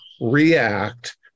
react